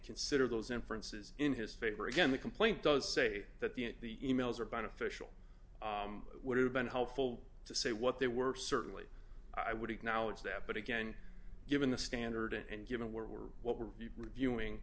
consider those inferences in his favor again the complaint does say that the it the e mails are beneficial would have been helpful to say what they were certainly i would acknowledge that but again given the standard and given we're what we're reviewing